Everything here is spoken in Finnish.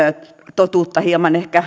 totuutta hieman ehkä